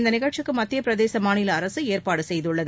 இந்த நிகழ்ச்சிக்கு மத்திய பிரதேச மாநில அரசு ஏற்பாடு செய்துள்ளது